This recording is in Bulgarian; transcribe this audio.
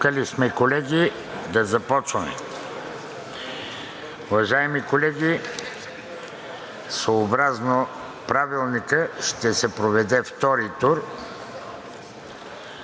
съобразно Правилника ще се проведе втори тур